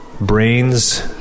brains